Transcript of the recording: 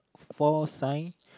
four sign